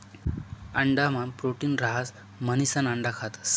अंडा मान प्रोटीन रहास म्हणिसन अंडा खातस